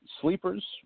sleepers